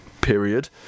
period